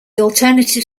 alternative